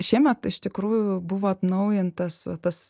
šiemet iš tikrųjų buvo atnaujintas va tas